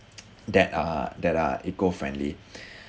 that are that are eco friendly